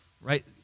right